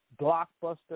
blockbuster